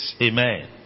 Amen